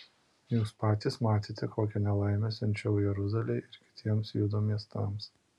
jūs patys matėte kokią nelaimę siunčiau jeruzalei ir kitiems judo miestams